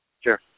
Sure